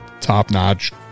top-notch